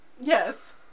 Yes